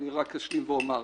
אני רק אשלים ואומר.